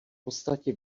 podstatě